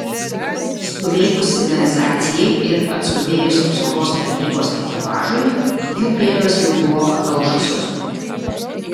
suveikus signalizacijai ir atskubėjus apsaugos tarnybos ekipažui jų pėdos jau buvo ataušusios